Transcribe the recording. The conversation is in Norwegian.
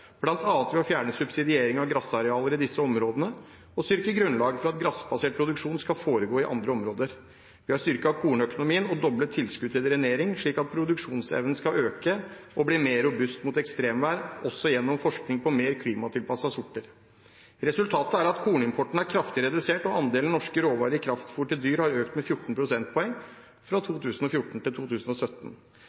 disse områdene og styrke grunnlaget for at grasbasert produksjon skal foregå i andre områder. Vi har styrket kornøkonomien og doblet tilskuddet til drenering, slik at produksjonsevnen skal øke og bli mer robust mot ekstremvær, også gjennom forskning på mer klimatilpassede sorter. Resultatet er at kornimporten er kraftig redusert, og andelen norske råvarer i kraftfôr til dyr har økt med 14 prosentpoeng fra 2014 til 2017.